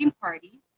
party